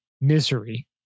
misery